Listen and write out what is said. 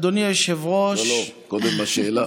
אדוני היושב-ראש, לא, קודם השאלה.